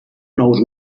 nous